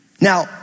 Now